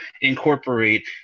incorporate